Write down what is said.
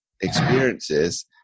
experiences